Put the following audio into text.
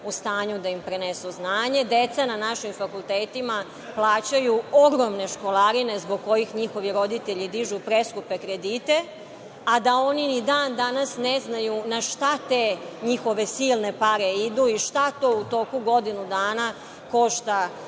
u stanju da im prenesu znanje. Deca na našim fakultetima plaćaju ogromne školarine zbog kojih njihovi roditelji dižu preskupe kredite, a da oni ni dan danas ne znaju na šta te njihove silne pare idu i šta to u toku godinu dana košta